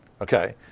okay